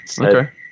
Okay